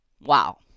wow